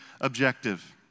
objective